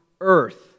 earth